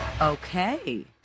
Okay